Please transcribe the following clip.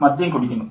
മദ്യം കുടിക്കുന്നു